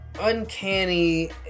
uncanny